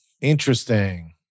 Interesting